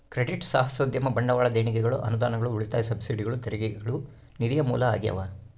credit ಸಾಹಸೋದ್ಯಮ ಬಂಡವಾಳ ದೇಣಿಗೆಗಳು ಅನುದಾನಗಳು ಉಳಿತಾಯ ಸಬ್ಸಿಡಿಗಳು ತೆರಿಗೆಗಳು ನಿಧಿಯ ಮೂಲ ಆಗ್ಯಾವ